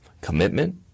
commitment